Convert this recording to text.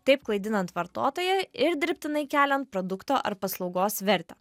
taip klaidinant vartotoją ir dirbtinai keliant produkto ar paslaugos vertę